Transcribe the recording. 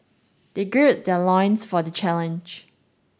they gird their loins for the challenge